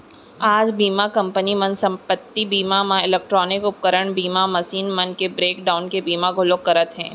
आज बीमा कंपनी मन संपत्ति बीमा म इलेक्टानिक उपकरन बीमा, मसीन मन के ब्रेक डाउन के बीमा घलौ करत हें